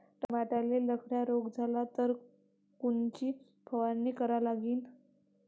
टमाट्याले लखड्या रोग झाला तर कोनची फवारणी करा लागीन?